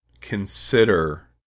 consider